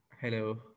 Hello